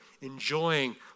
enjoying